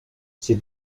ces